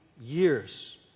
years